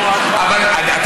נו, אז מה?